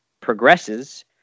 progresses